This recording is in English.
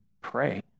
pray